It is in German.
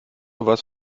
was